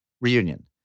reunion